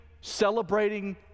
celebrating